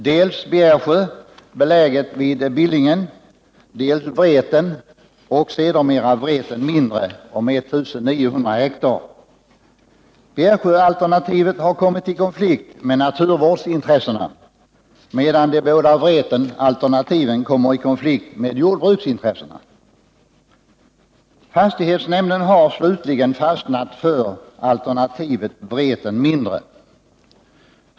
Det är Bjärsjö, beläget vid Billingen, och Vreten samt sedermera Vreten mindre om 1900 hektar. Bjärsjöalternativet har kommit i konflikt med naturvårdsintressena, medan de båda Vretenalternativen kommer i konflikt med jordbruksintressena. Fastighetsnämnden har slutligen fastnat för alternativet Vreten mindre.